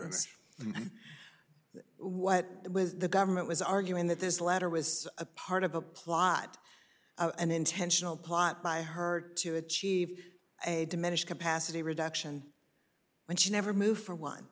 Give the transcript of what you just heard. e what the government was arguing that this letter was a part of a plot an intentional plot by her to achieve a diminished capacity reduction and she never moved for one